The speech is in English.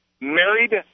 married